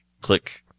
click